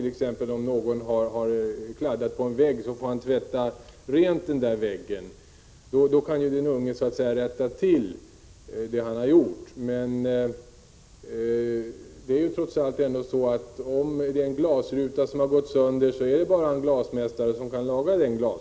Om någon t.ex. har kladdat ned en vägg kan den unge rätta till det han gjort genom att tvätta väggen. Men om en glasruta gått sönder, är det bara en glasmästare som kan sätta i en ny ruta.